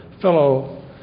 fellow